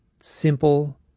simple